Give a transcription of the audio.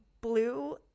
blue